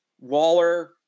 Waller